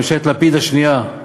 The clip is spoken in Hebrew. ממשלת לפיד השנייה,